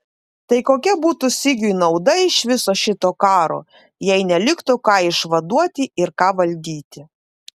tai kokia būtų sigiui nauda iš viso šito karo jei neliktų ką išvaduoti ir ką valdyti